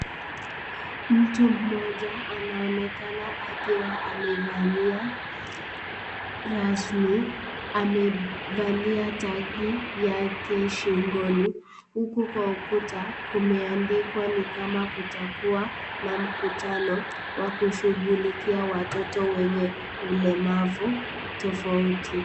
Mtu mmoja anaonekana akiwa amevalia rasmi. Amevalia tagi yake shingoni. Huku kwa ukuta kumeandikwa ni kama kutakuwa na mkutano wa kushughulikia watoto wenye ulemavu tofauti.